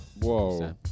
whoa